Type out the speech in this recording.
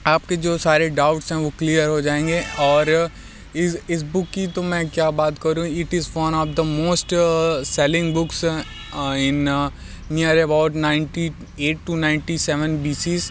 आप के जो सारे डाउट्स हैं वो क्लियर हो जाएंगे और इस इस बुक की तो मैं क्या बात करूँ it is one of the most selling books in near about ninety eight to ninety seven